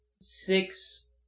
six